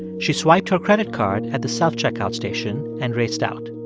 she swiped her credit card at the self-checkout station and raced out.